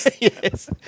Yes